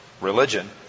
religion